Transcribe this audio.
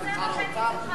קלקלת את הכול.